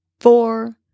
four